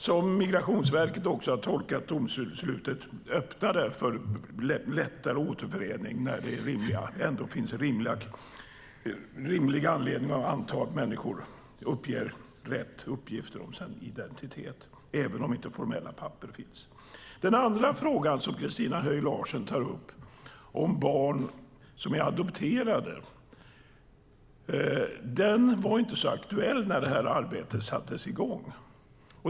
Som Migrationsverket också har tolkat domslutet öppnade det för en lättare återförening när det ändå finns rimlig anledning att anta att människor uppger rätt uppgifter om sin identitet även om det inte finns formella papper. Den andra fråga som Christina Höj Larsen tar upp, om barn som är adopterade, var inte så aktuell när arbetet sattes i gång.